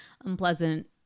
unpleasant